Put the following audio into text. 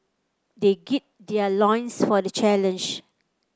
they gird their loins for the challenge